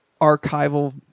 archival